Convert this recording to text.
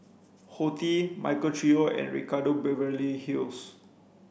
Horti Michael Trio and Ricardo Beverly Hills